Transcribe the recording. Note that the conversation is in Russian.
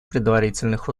предварительных